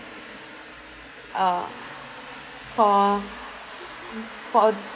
uh for for a